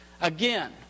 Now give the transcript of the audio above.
Again